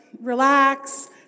relax